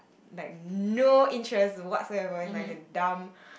like no interest whatsoever is like a dumb